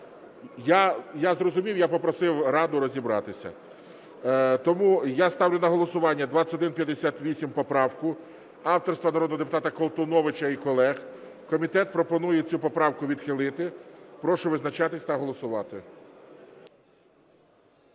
Я зрозумів. Я попросив "Раду" розібратися. Тому я ставлю на голосування 2158 поправку авторства народного депутата Колтуновича і колег. Комітет пропонує цю поправку відхилити. Прошу визначатися та голосувати.